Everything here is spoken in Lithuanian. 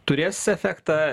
turės efektą